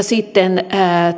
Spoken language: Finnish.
sitten